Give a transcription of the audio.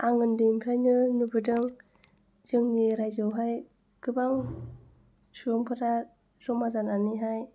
आं उन्दैनिफ्रायनो नुबोदों जोंनि रायजोआवहाय गोबां सुबुंफोरा जमा जानानैहाय